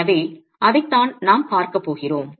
எனவே அதைத்தான் நாம் பார்க்கப் போகிறோம்